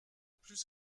plus